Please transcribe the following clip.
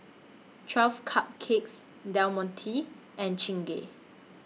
twelve Cupcakes Del Monte and Chingay